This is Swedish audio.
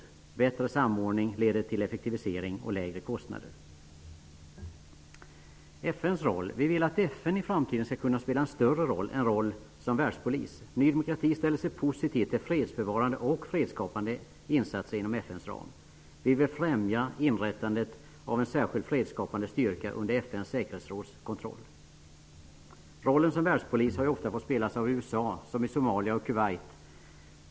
En bättre samordning leder till effektivisering och lägre kostnader. Vi vill att FN i framtiden skall kunna spela en större roll -- en roll som ''världspolis''. Ny demokrati ställer sig positivt till fredsbevarande och fredsskapande insatser inom FN:s ram. Vi vill främja inrättandet av en särskild fredsskapande styrka under FN:s säkerhetsråds kontroll. Rollen som världspolis har ofta fått spelas av USA, såsom i Somalia och Kuwait.